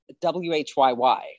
WHYY